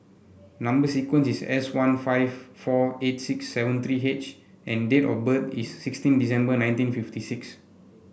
number sequence is S one five four eight six seven three H and date of birth is sixteen December nineteen fifty six